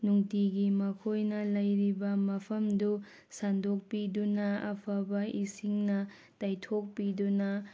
ꯅꯨꯡꯇꯤꯒꯤ ꯃꯈꯣꯏꯅ ꯂꯩꯔꯤꯕ ꯃꯐꯝꯗꯨ ꯁꯟꯗꯣꯛꯄꯤꯗꯨꯅ ꯑꯐꯕ ꯏꯁꯤꯡꯅ ꯇꯩꯊꯣꯛꯄꯤꯗꯨꯅ